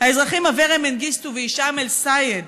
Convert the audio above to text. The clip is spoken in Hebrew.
האזרחים אברה מנגיסטו והישאם א-סייד.